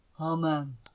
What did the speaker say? Amen